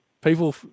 people